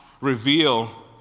reveal